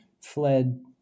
fled